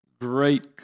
great